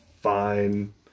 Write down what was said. fine